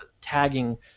tagging